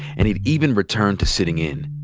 and he'd even return to sitting in.